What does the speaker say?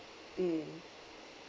mm